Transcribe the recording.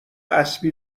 اسبی